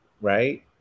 right